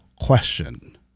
question